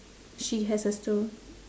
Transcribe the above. she has a stro~